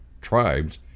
tribes